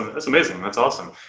that's amazing, that's awesome.